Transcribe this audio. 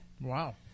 Wow